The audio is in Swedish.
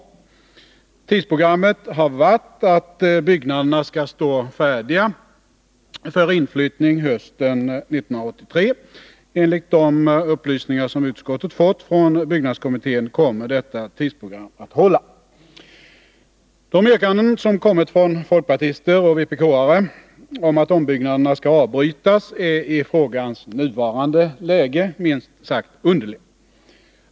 Nr 44 Tidsprogrammet har varit att byggnaderna skall stå färdiga för inflyttning hösten 1983. Enligt de upplysningar som utskottet fått från byggnadskommittén kommer detta tidsprogram att hålla. De yrkanden som kommit från folkpartister och vpk-are om att Besparingar i ombyggnadsarbetena skall avbrytas är i frågans nuvarande läge minst sagt statsverksamheten, underliga.